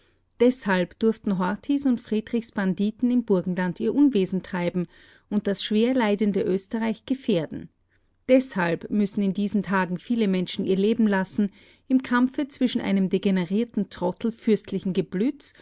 deshalb durften horthys und friedrichs banditen im burgenland ihr unwesen treiben und das schwer leidende österreich gefährden deshalb müssen in diesen tagen viele menschen ihr leben lassen im kampfe zwischen einem degenerierten trottel fürstlichen geblütes